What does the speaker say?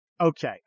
Okay